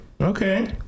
Okay